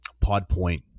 Podpoint